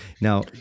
now